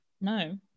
no